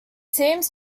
seems